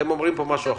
אתם אומרים פה משהו אחר.